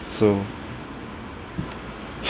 so mm